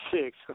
six